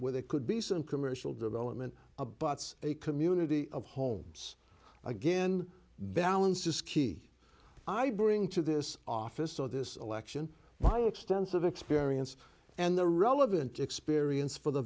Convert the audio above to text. where they could be sent commercial development abuts a community of homes again balance is key i bring to this office so this election by extensive experience and the relevant experience for the